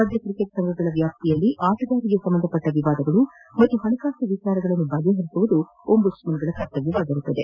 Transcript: ರಾಜ್ಯ ಕ್ರಿಕೆಟ್ ಸಂಘಗಳ ವ್ಯಾಪ್ತಿಯಲ್ಲೇ ಆಟಗಾರರಿಗೆ ಸಂಬಂಧಿಸಿದ ವಿವಾದಗಳು ಹಾಗೂ ಹಣಕಾಸು ವಿಷಯಗಳನ್ನು ಬಗೆಹರಿಸುವುದು ಓಂಬುಡ್ವ್ಮನ್ಗಳ ಕರ್ತಮ್ನವಾಗಿರುತ್ತದೆ